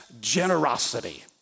generosity